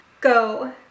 go